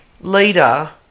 leader